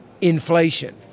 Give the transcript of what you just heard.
inflation